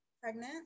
pregnant